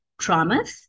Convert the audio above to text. traumas